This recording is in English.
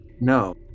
No